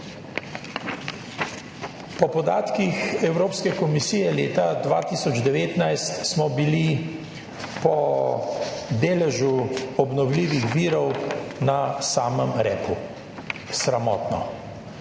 Po podatkih Evropske komisije smo bili leta 2019 po deležu obnovljivih virov na samem repu. Sramotno.